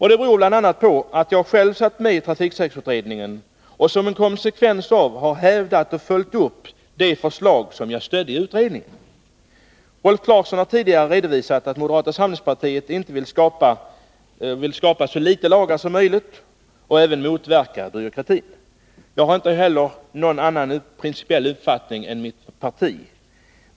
Det beror bl.a. på att jag själv satt med i trafiksäkerhetsutredningen och som en konsekvens härav har hävdat och följt upp de förslag som jag stödde i utredningen. Rolf Clarkson har tidigare redovisat att moderata samlingspartiet vill skapa så få lagar som möjligt och även motverka byråkratin. Jag har inte heller någon annan principiell uppfattning än mitt partis.